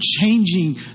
changing